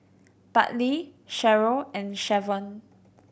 Bartley Sharyl and Shavon